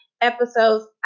episodes